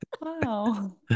Wow